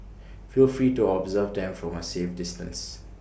feel free to observe them from A safe distance